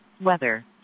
Weather